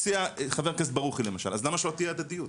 הציע חבר הכנסת ברוכי למשל - אז למה שלא תהיה הדדיות?